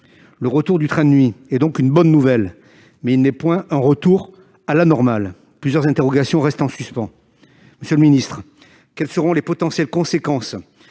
Le retour du train de nuit est donc une bonne nouvelle, mais il ne marque pas le retour à la normale. Plusieurs interrogations restent en suspens. Monsieur le ministre, quelles seront les conséquences